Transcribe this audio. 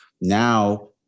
now